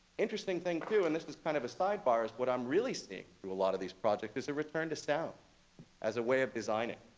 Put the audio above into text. interesting thing too, and this is kind of a sidebar, is what i'm really seeing through a lot of these projects is a return to sound as a way of designing.